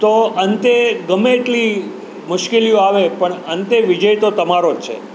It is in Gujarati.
તો અંતે ગમે એટલી મુશ્કેલીઓ આવે પણ અંતે વિજય તો તમારો જ છે